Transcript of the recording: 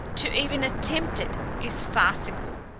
to even attempt it is farcical.